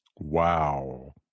Wow